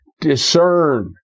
discern